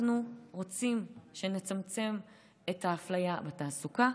אנחנו רוצים שנצמצם את האפליה בתעסוקה,